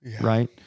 right